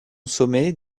sommet